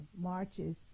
marches